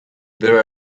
there